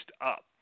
up